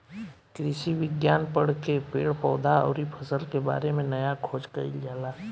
कृषि विज्ञान पढ़ के पेड़ पौधा अउरी फसल के बारे में नया खोज कईल जाला